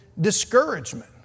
discouragement